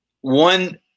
One